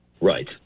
Right